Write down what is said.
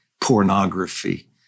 pornography